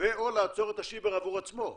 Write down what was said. ו/או לעצור את השיבר עבור עצמו.